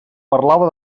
parlava